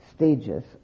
Stages